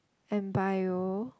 and bio